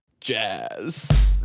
jazz